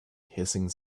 hissing